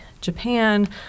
Japan